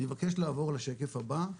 אני מבקש לעבור לשקף הבא.